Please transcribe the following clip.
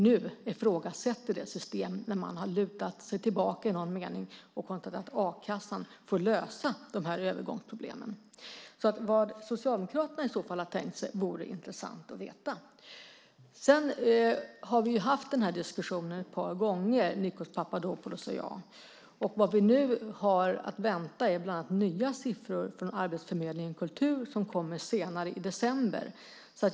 Man ifrågasätter det system där man i någon mening har lutat sig tillbaka och tyckt att a-kassan får lösa övergångsproblemen. Vad Socialdemokraterna har tänkt sig vore intressant att få veta. Nikos Papadopoulos och jag har haft den här diskussionen ett par gånger. Vad vi nu har att vänta är bland annat nya siffror från Arbetsförmedlingen kultur som kommer senare i december.